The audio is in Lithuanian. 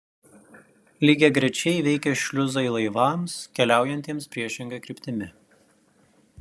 lygiagrečiai veikia šliuzai laivams keliaujantiems priešinga kryptimi